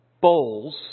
bowls